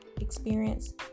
experience